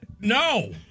No